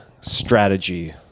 strategy